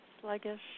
sluggish